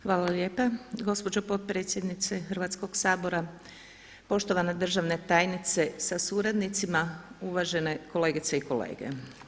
Hvala lijepa gospođo potpredsjednice Hrvatskog sabora, poštovana državna tajnice sa suradnicima, uvažene kolegice i kolege.